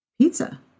pizza